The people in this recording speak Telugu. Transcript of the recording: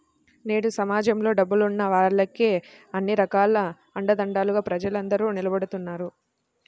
నేడు సమాజంలో డబ్బున్న వాడికే అన్ని రకాల అండదండలుగా ప్రజలందరూ నిలబడుతున్నారు